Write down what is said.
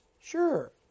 Sure